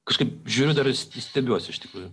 kažkaip žiūriu dar stebiuosi iš tikrųjų